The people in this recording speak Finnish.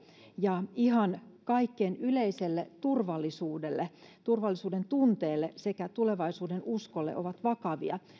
ja ihan kaikkien yleiselle turvallisuudelle turvallisuudentunteelle sekä tulevaisuudenuskolle ovat vakavia